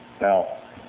Now